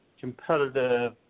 competitive